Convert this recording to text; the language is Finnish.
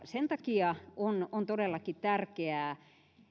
sen takia on on todellakin tärkeää